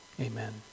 Amen